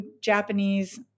Japanese